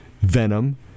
venom